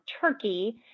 Turkey